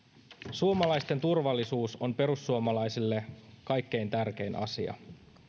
suomalaisten turvallisuus on perussuomalaisille kaikkein tärkein asia